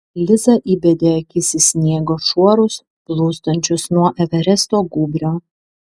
liza įbedė akis į sniego šuorus plūstančius nuo everesto gūbrio